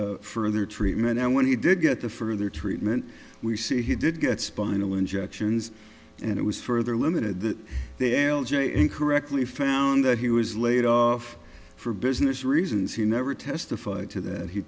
get further treatment and when he did get the further treatment we see he did get spinal injections and it was further limited that they l j incorrectly found that he was laid off for business reasons he never testified to that he